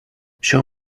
show